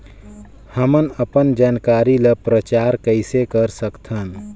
हमन अपन जानकारी ल प्रचार कइसे कर सकथन?